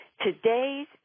Today's